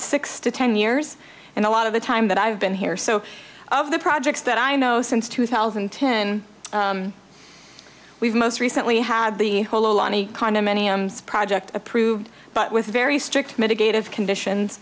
six to ten years and a lot of the time that i've been here so of the projects that i know since two thousand and ten we've most recently had the whole army condominiums project approved but with very strict mitigate of conditions